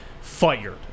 fired